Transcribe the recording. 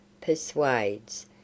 persuades